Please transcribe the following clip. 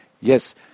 yes